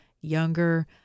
Younger